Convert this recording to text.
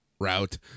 route